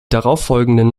darauffolgenden